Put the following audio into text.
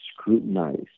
scrutinized